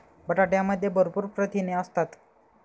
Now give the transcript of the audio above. बटाट्यामध्ये भरपूर प्रथिने असतात